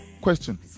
Question